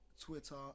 Twitter